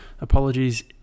apologies